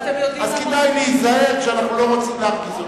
אז כדאי להיזהר, כשאנחנו לא רוצים להרגיז אותו.